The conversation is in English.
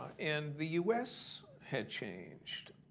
and the u s. had changed.